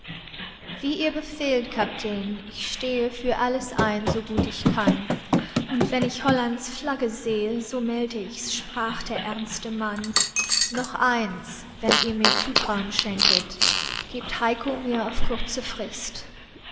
wie ihr befehlt kap'tän ich stehe für alles ein so gut ich kann und wenn ich hollands flagge sehe so meld ich's sprach der ernste mann noch eins wenn ihr mir zutraun schenket gebt heiko mir auf kurze frist